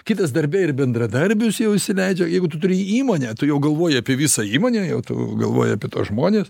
kitas darbe ir bendradarbius jau įsileidžia jeigu tu turi įmonę tu jau galvoji apie visą įmonę jau tu galvoji apie tuos žmones